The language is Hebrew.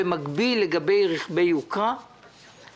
במקביל לגבי רכבי יוקרה,